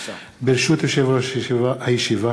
ברשות יושב-ראש הישיבה,